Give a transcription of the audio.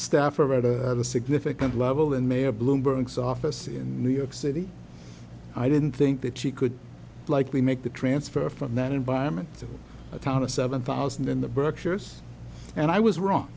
staffer at a significant level and mayor bloomberg saw office in new york city i didn't think that she could likely make the transfer from that environment to a town of seven thousand in the berkshires and i was wrong